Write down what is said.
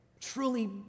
truly